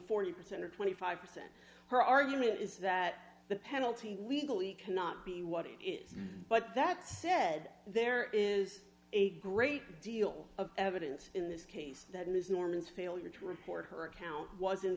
forty percent or twenty five percent her argument is that the penalty weekly cannot be what it is but that said there is a great deal of evidence in this case that ms norman's failure to report her account was in